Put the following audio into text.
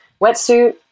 wetsuit